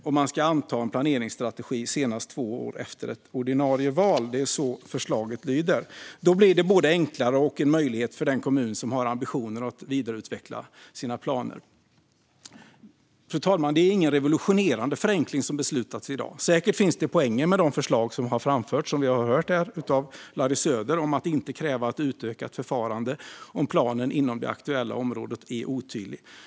De ska också anta en planeringsstrategi senast två år efter ett ordinarie val. Det är så förslaget lyder. Då blir det enklare och en möjlighet för den kommun som har ambitioner att vidareutveckla sina planer. Fru talman! Det är ingen revolutionerande förenkling som beslutas i dag. Säkert finns det poänger med de förslag som har framförts och som vi har hört här från Larry Söder om att inte kräva ett utökat förfarande om planen inom det aktuella området är otydlig.